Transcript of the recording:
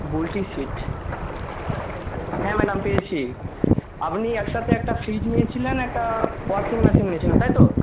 বুলটি সিট হ্যাঁ ম্যাডাম পেয়েছি আপনি একসাথে একটা ফ্রিজ নিয়েছিলেন একটা ওয়াশিং মেশিন নিয়েছিলেন তাই তো